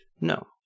No